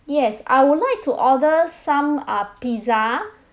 yes I would like to order some uh pizza